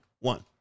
One